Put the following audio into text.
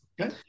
okay